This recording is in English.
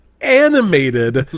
animated